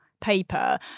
paper